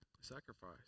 Sacrifice